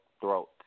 Throat